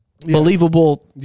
believable